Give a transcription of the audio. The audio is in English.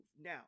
Now